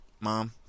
Mom